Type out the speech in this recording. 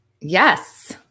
Yes